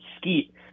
skeet